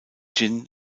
jin